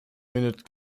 minute